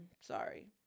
Sorry